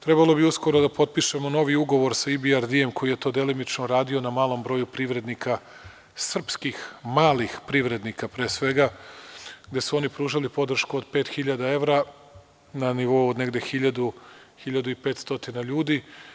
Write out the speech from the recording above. Trebalo bi uskoro da potpišemo novi ugovor sa EBRD, koji je to delimično radio na malom broju privrednika, srpskih malih privrednika pre svega, gde su oni pružali podršku od pet hiljada evra na nivou od negde 1000 do 1500 ljudi.